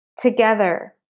together